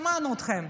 שמענו אתכם.